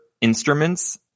instruments